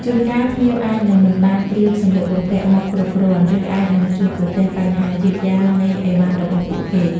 ជួនកាល ភ្ញៀវអាចនឹងមិនបានត្រៀមសម្លៀកបំពាក់មកគ្រប់គ្រាន់ ឬអាចនឹងជួបប្រទះបញ្ហាយឺតយ៉ាវនៃឥវ៉ាន់របស់ពួកគេ។